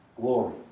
glory